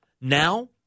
Now